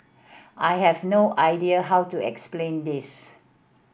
I have no idea how to explain this